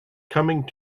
coming